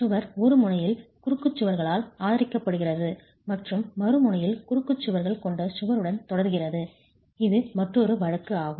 சுவர் ஒரு முனையில் குறுக்கு சுவர்களால் ஆதரிக்கப்படுகிறது மற்றும் மறுமுனையில் குறுக்கு சுவர்கள் கொண்ட சுவருடன் தொடர்கிறது இது மற்றொரு வழக்கு ஆகும்